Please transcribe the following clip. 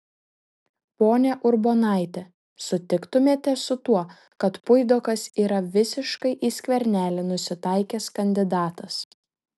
ponia urbonaite sutiktumėte su tuo kad puidokas yra visiškai į skvernelį nusitaikęs kandidatas